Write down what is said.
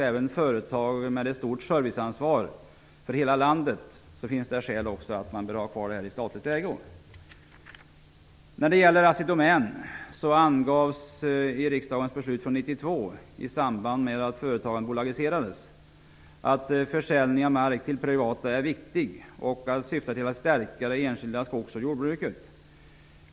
Även företag med stort serviceansvar för hela landet finns det skäl att ha kvar i statlig ägo. När det gäller Assi Domän angavs i riksdagens beslut från 1992, i samband med att företagen bolagiserades, att försäljning av mark till privata är viktig och syftar till att stärka det enskilda skogs och jordbruket.